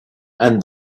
and